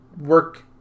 work